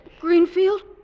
Greenfield